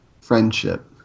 Friendship